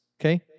okay